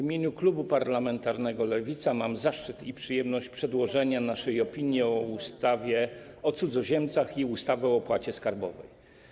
W imieniu klubu parlamentarnego Lewica mam zaszczyt i przyjemność przedłożyć naszą opinię o ustawie o cudzoziemcach i ustawie o opłacie skarbowej.